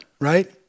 Right